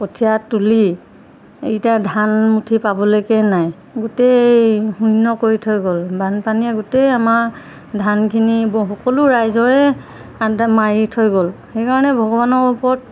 কঠিয়া তুলি এতিয়া ধান এমুঠি পাবলৈকে নাই গোটেই শূন্য কৰি থৈ গ'ল বানপানীয়ে গোটেই আমাৰ ধানখিনি ব সকলো ৰাইজৰে আ মাৰি থৈ গ'ল সেইকাৰণে ভগৱানৰ ওপৰত